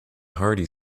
hearty